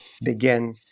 begin